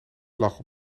lag